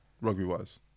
rugby-wise